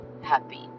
happy